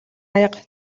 аяга